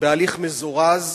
בהליך מזורז,